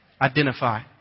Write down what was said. Identify